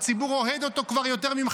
הציבור אוהד את השר בן גביר כבר יותר ממך,